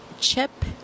chip